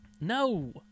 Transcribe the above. No